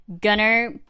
gunner